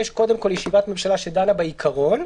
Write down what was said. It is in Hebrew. יש קודם כול ישיבת ממשלה שדנה בעיקרון,